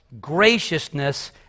graciousness